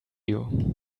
you